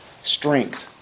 Strength